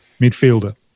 midfielder